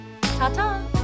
Ta-ta